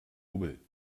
hubbel